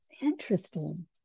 interesting